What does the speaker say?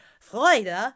Freude